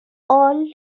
all